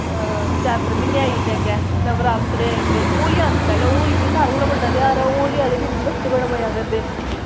चैत्र म्हीनै आई जंदे अग्गें नवरात्रे आई जंदे होली आई जंदी होली बी सारें कोला बड्डा ध्यार ऐ होली आह्ले दिन बड़ा मज़ा करदे